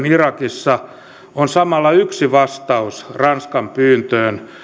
irakissa on samalla yksi vastaus ranskan pyyntöön